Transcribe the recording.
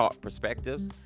perspectives